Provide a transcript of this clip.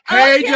Hey